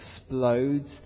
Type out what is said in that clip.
explodes